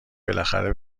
بالاخره